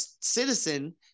citizen